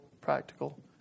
practical